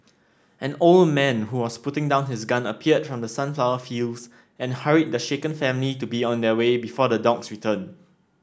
an old man who was putting down his gun appeared from the sunflower fields and hurried the shaken family to be on their way before the dogs return